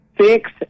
six